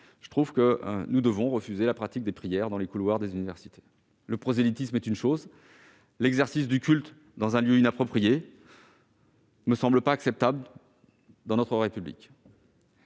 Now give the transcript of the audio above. d'accord. Nous devons refuser la pratique des prières dans les couloirs des universités. Le prosélytisme est une chose. L'exercice du culte dans un lieu inapproprié ne me semble pas acceptable dans notre République.